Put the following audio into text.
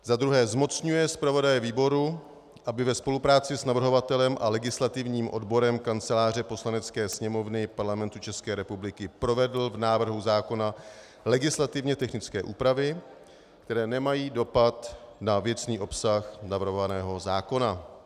za druhé zmocňuje zpravodaje výboru, aby ve spolupráci s navrhovatelem a legislativním odborem Kanceláře Poslanecké sněmovny Parlamentu ČR provedl v návrhu zákona legislativně technické úpravy, které nemají dopad na věcný obsah navrhovaného zákona;